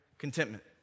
Contentment